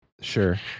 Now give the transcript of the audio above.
Sure